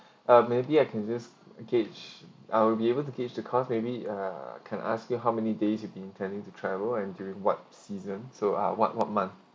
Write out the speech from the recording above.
uh maybe I can just gauge I'll be able to gauge the costs maybe uh can ask you how many days you've been intending to travel and during what season so ah what what month